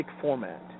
format